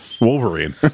Wolverine